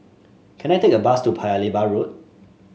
can I take a bus to Paya Lebar Road